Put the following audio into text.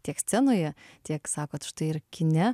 tiek scenoje tiek sakot štai ir kine